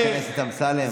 חבר הכנסת אמסלם.